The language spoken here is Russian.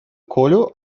колю